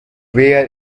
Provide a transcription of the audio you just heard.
wear